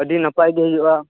ᱟᱰᱤ ᱱᱟᱯᱟᱭᱜᱮ ᱦᱩᱭᱩᱜᱼᱟ